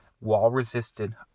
wall-resisted